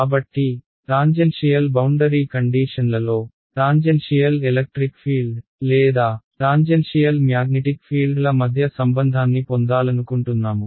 కాబట్టి tangential boundary కండీషన్లలో tangential electric field లేదా టాంజెన్షియల్ మ్యాగ్నిటిక్ ఫీల్డ్ ల మధ్య సంబంధాన్ని పొందాలనుకుంటున్నాము